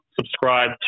subscribe